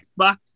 xbox